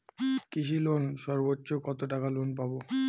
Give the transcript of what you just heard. কৃষি লোনে সর্বোচ্চ কত টাকা লোন পাবো?